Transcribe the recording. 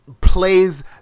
plays